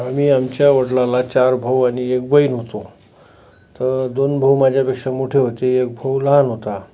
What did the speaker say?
आम्ही आमच्या वडलांना चार भाऊ आनी एक बहीण होतो तर दोन भाऊ माझ्यापेक्षा मोठे होते एक भाऊ लहान होता